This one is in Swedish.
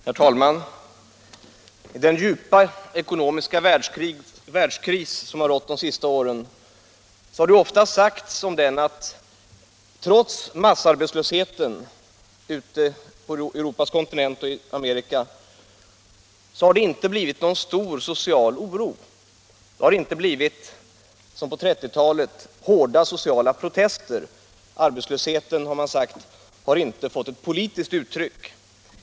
Herr talman! Det har ofta sagts om den djupa ekonomiska världskris som har rått under de senaste åren att massarbetslösheten ute på Europas kontinent och i Amerika ändå inte har givit upphov till någon stark social oro — det har inte blivit hårda sociala protester som på 1930-talet. Arbetslösheten, har man sagt, har inte fått ett politiskt uttryck.